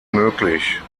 möglich